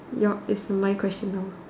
your is my question now